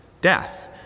death